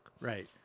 Right